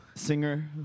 Singer